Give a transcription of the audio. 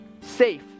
safe